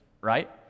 right